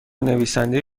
نویسنده